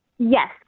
Yes